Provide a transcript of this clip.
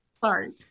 Sorry